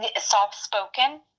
soft-spoken